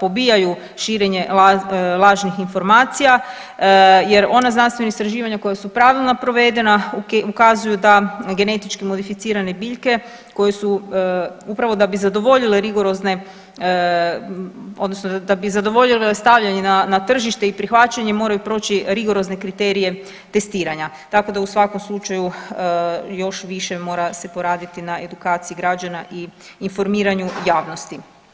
pobijaju širenje lažnih informacija, jer ona znanstvena istraživanja koja su pravilno provedena ukazuju da genetički modificirane biljke koje su upravo da bi zadovoljile rigorozne, odnosno da bi zadovoljile stavljanje na tržište i prihvaćanje moraju proći rigorozne kriterije testiranja, tako da u svakom slučaju još više mora se poraditi na edukaciji građana i informiranju javnosti.